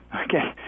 Okay